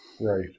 right